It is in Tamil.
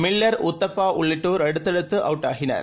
மில்லர் உத்தப்பாஉள்ளிட்டோர்அடுத்தடுத்துஅவுட்ஆகினர்